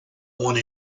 one